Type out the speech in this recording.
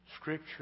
Scripture